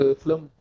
film